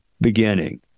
beginning